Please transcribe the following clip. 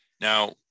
Now